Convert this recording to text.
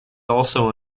also